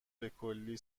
بکلی